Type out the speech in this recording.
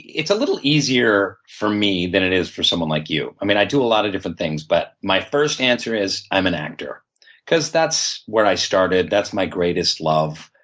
it's a little easier for me than it is for someone like you. i mean, i do a lot of different things, but my first answer is i'm an actor because that's where i started, that's my greatest love,